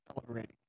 celebrating